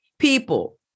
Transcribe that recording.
People